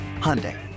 Hyundai